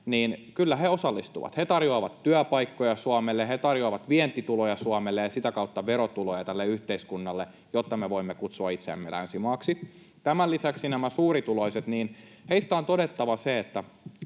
niin kyllä he osallistuvat. He tarjoavat työpaikkoja Suomelle, he tarjoavat vientituloja Suomelle ja sitä kautta verotuloja tälle yhteiskunnalle, jotta me voimme kutsua itseämme länsimaaksi. Tämän lisäksi näistä suurituloisista on todettava se, että